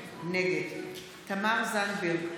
נגד תמר זנדברג,